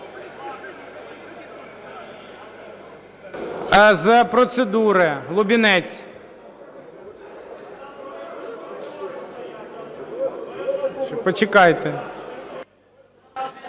З процедури – Лубінець. Почекайте.